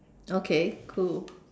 okay cool